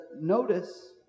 notice